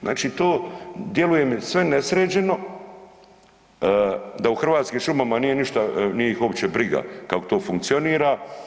Znači to djeluje mi sve nesređeno da u Hrvatskim šumama nije ih uopće briga kako to funkcionira.